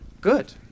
Good